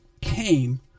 came